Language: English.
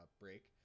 break